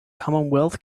commonwealth